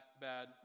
bad